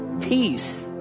peace